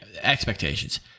expectations